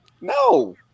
No